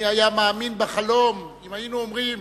מי היה מאמין בחלום אם היינו אומרים